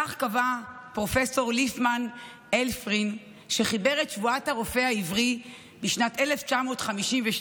כך קבע פרופ' ליפמן היילפרין כשחיבר את שבועת הרופא העברי בשנת 1952,